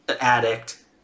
addict